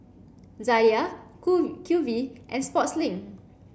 Zalia Q V and Sportslink